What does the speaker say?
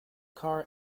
car